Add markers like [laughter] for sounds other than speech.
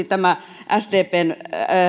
[unintelligible] tämä sdpn